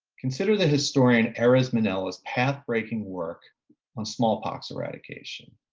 consider the historian aras manila's path-breaking work on smallpox eradication.